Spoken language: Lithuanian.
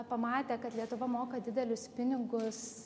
pamatė kad lietuva moka didelius pinigus